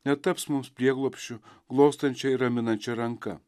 netaps mūsų prieglobsčiu glostančia ir raminančia ranka